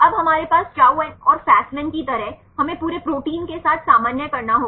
अब हमारे पास चाउ और फेसमैन की तरह हमें पूरे प्रोटीन के साथ सामान्य करना होगा